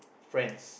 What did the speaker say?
friends